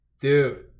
Dude